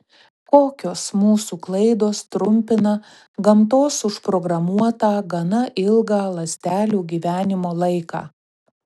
kokios mūsų klaidos trumpina gamtos užprogramuotą gana ilgą ląstelių gyvenimo laiką